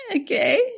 Okay